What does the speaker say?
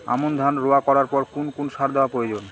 আমন ধান রোয়া করার পর কোন কোন সার দেওয়া প্রয়োজন?